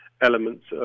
elements